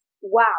wow